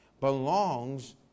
belongs